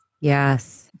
Yes